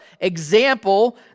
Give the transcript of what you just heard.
example